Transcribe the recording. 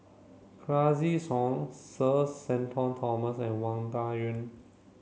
Classic Soin Sir Shenton Thomas and Wang Dayuan